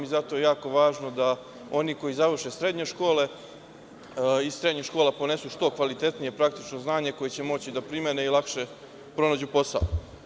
Zato je jako važno da oni koji završe srednje škole iz srednjih škola ponesu što kvalitetnije praktično znanje koje će moći da primene i lakše pronađu posao.